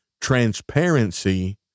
transparency